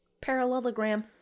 Parallelogram